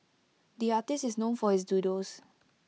the artist is known for his doodles